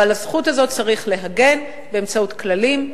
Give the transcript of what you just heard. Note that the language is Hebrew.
ועל הזכות הזאת צריך להגן באמצעות כללים,